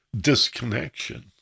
disconnection